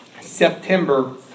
September